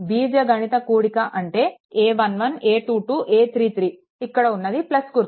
బీజగణిత కూడిక అంటే a11a22a33 ఇక్కడ ఉన్నది గుర్తు